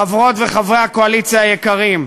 חברות וחברי הקואליציה היקרים,